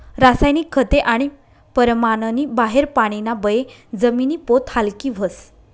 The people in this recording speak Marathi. रासायनिक खते आणि परमाननी बाहेर पानीना बये जमिनी पोत हालकी व्हस